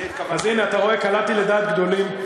אני, אז הנה, אתה רואה, קלעתי לדעת גדולים.